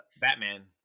Batman